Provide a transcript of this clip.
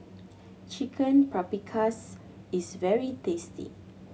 Chicken Paprikas is very tasty